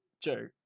Joe